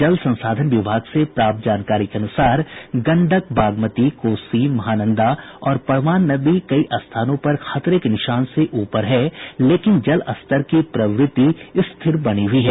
जल संसाधन विभाग से प्राप्त जानकारी के अनुसार गंडक बागमती कोसी महानंदा और परमान नदी कई स्थानों पर खतरे के निशान से ऊपर है लेकिन जलस्तर की प्रवृत्ति स्थिर बनी हुई है